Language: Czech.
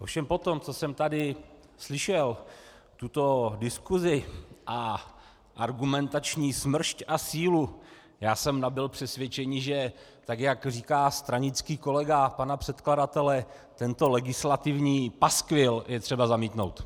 Ovšem po tom, co jsem tady slyšel tuto diskusi a argumentační smršť a sílu, jsem nabyl přesvědčení, že tak jak říká stranický kolega pana předkladatele, tento legislativní paskvil je třeba zamítnout.